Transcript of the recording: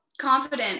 confident